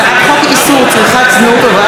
הצעת חוק איסור צריכת זנות (הוראת